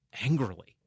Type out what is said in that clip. angrily